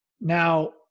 Now